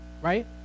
right